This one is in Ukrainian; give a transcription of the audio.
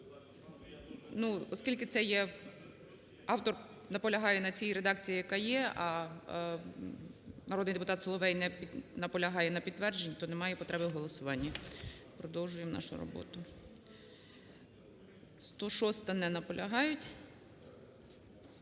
оскільки це є автор, наполягає на цій редакції, яка є, а народний депутат Соловей не наполягає на підтвердженні, то немає потреби в голосуванні. Продовжуємо нашу роботу. 106-а. Не наполягають.